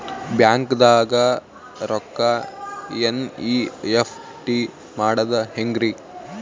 ಬ್ಯಾಂಕ್ದಾಗ ರೊಕ್ಕ ಎನ್.ಇ.ಎಫ್.ಟಿ ಮಾಡದ ಹೆಂಗ್ರಿ?